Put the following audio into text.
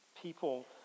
people